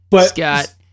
Scott